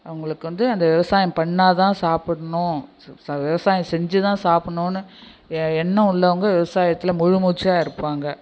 அவங்களுக்கு வந்து அந்த விவசாயம் பண்ணால் தான் சாப்பிடுணும் விவசாயம் செஞ்சுதான் சாப்பிடுணுன்னு எண்ணம் உள்ளவங்க விவசாயத்தில் முழு மூச்சாக இருப்பாங்க